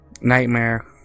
Nightmare